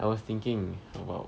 I was thinking about